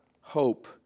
hope